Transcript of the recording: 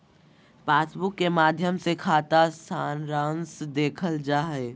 passbook के माध्मय से खाता सारांश देखल जा हय